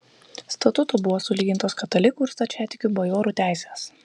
statutu buvo sulygintos katalikų ir stačiatikių bajorų teisės